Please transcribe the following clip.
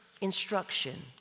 instruction